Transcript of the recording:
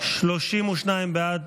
32 בעד,